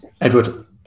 Edward